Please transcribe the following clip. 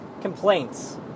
complaints